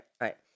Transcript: right